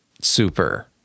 Super